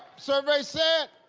survey said.